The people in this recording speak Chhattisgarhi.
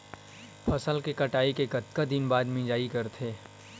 फसल कटाई के कतका दिन बाद मिजाई करथे?